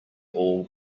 all